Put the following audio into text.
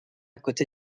côté